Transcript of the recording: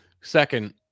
Second